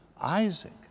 Isaac